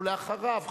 ואחריו,